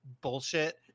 bullshit